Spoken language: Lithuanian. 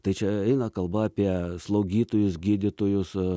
tai čia eina kalba apie slaugytojus gydytojus